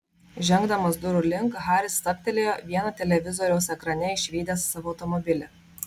žengdamas durų link haris stabtelėjo vieno televizoriaus ekrane išvydęs savo automobilį